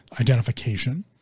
Identification